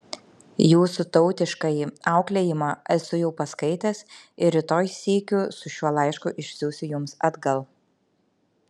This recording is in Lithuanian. jūsų tautiškąjį auklėjimą esu jau paskaitęs ir rytoj sykiu su šiuo laišku išsiųsiu jums atgal